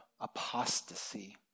apostasy